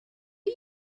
are